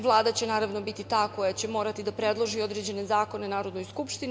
Vlada će, naravno, biti ta koja će morati da predloži određene zakone Narodnoj skupštini.